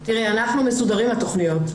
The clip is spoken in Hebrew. תראי, אנחנו מסודרים עם התכניות.